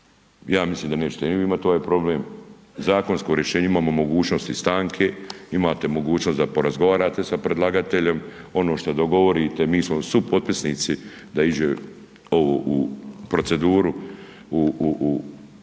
ja mislim da nećete ni vi imati ovaj problem. Zakonsko rješenje imamo mogućnosti stanke, imate mogućnost da porazgovarate sa predlagateljem. Ono što dogovorite mi smo supotpisnici da ide ovo u proceduru u hitnu